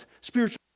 spiritual